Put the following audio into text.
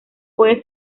puede